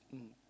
mm